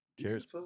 cheers